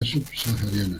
subsahariana